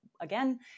again